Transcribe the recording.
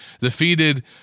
defeated